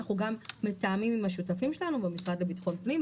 אנחנו גם מתאמים עם השותפים שלנו במשרד לביטחון פנים,